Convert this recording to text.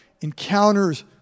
encounters